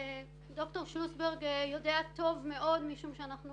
דוקטור שלוסברג יודע טוב מאוד משום שאנחנו